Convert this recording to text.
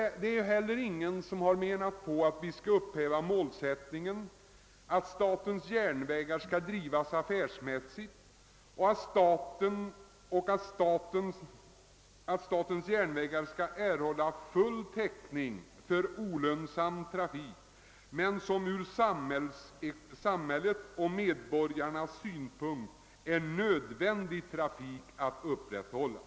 Emellertid har väl inte heller någon menat att vi skall upphäva målsättningen att statens järnvägar skall drivas affärsmässigt och erhålla full täckning för olönsam trafik som det från samhällets och medborgarnas synpunkt är nödvändigt att upprätthålla.